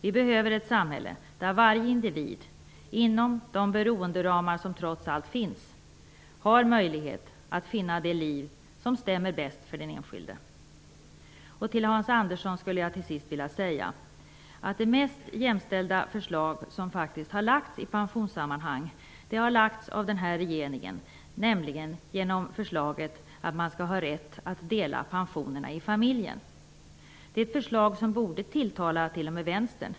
Vi behöver ett samhälle där varje individ inom de beroenderamar som trots allt finns har möjlighet att finna det liv som stämmer bäst för den enskilde. Till Hans Andersson skulle jag till sist vilja säga att det mest jämställda förslag som har lagts fram i pensionssammanhang faktiskt har lagts fram av denna regering, nämligen förslaget att man skall ha rätt att dela pensionerna i familjen. Det är ett förslag som t.o.m. borde tilltala Vänstern.